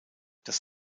das